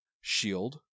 Shield